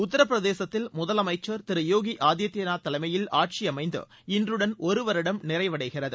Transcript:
உத்தரப்பிரதேசத்தில் முதலமைச்சர் திரு யோகி ஆதித்பநாத் தலைமையில் ஆட்சியமைந்து இன்றுடன் ஒரு வருடம் நிறைவடைகிறது